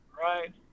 Right